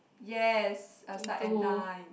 yes I start at nine